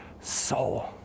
soul